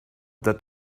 that